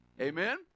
Amen